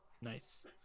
Nice